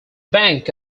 bank